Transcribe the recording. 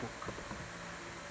book